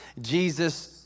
Jesus